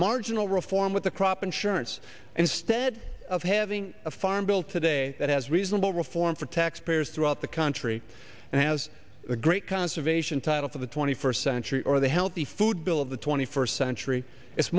marginal reform with a crop insurance instead of having a farm bill today that has reasonable reform for tax payers throughout the country and has a great conservation title for the twenty first century or the healthy food bill of the twenty first century it's